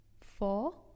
Four